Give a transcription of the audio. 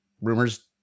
rumors